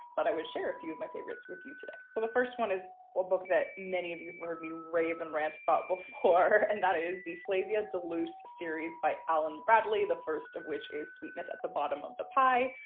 but i would share a few of my favorites with you today. so the first one is a book that many of you heard me rave and rant about before, and that is the flavia de luce series by alan bradley, the first of which is sweetness at the bottom of the pie.